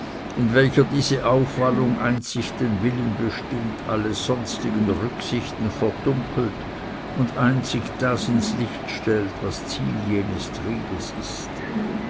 in welcher diese aufwallung einzig den willen bestimmt alle sonstigen rücksichten verdunkelt und einzig das ins licht stellt was ziel jenes triebes ist